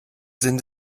sinn